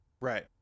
Right